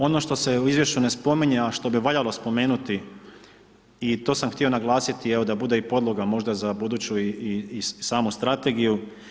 Ono što se u izvješću ne spominje, a što bi valjalo spomenuti i to sam htio naglasiti, evo, da bude i podloga možda za buduću i samu strategiju.